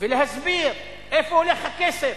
ולהסביר לאיפה הולך הכסף,